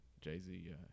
Jay-Z